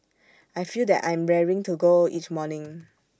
I feel that I'm raring to go each morning